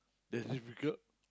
that's difficult